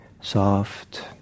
soft